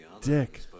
dick